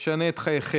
זה ישנה את חייכם.